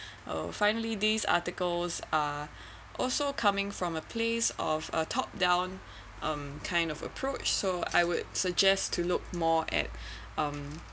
oh finally these articles are also coming from a place of a top down um kind of approach saw I would suggest to look more at um